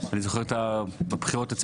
אני זוכר איך בבחירות הוא